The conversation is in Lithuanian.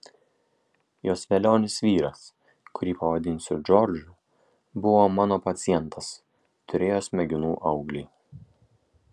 jos velionis vyras kurį pavadinsiu džordžu buvo mano pacientas turėjo smegenų auglį